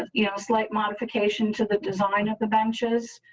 ah you know, slight modification to the design of the benches.